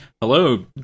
Hello